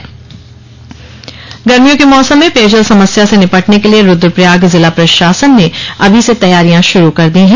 तैयारी गर्मियों के मौसम में पेयजल समस्या से निपटने के लिए रूद्रप्रयाग जिला प्रशासन ने अभी से तैयारियां शुरू कर दी हैं